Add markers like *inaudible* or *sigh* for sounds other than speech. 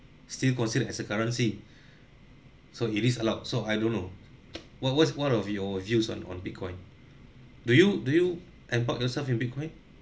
still considered as a currency *breath* so it is allowed so I don't know what was what of your views on on bitcoin do you do you embark yourself in bitcoin